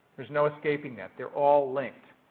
there's no escaping that. they're all linked.